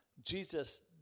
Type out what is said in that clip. Jesus